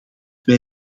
wij